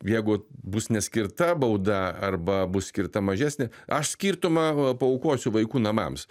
jeigu bus neskirta bauda arba bus skirta mažesnė aš skirtumą paaukosiu vaikų namams